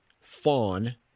fawn